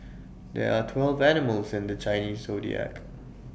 there are twelve animals in the Chinese Zodiac